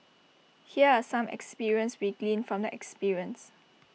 here are some experience we gleaned from the experience